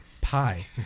pie